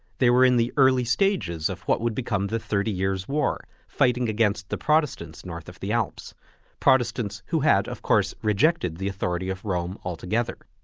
they were in the early stages of what would become the thirty years war, fighting against the protestants north of the alps protestants who had of course rejected the authority of rome altogether.